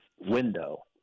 window